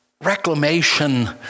reclamation